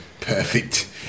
perfect